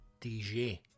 DJ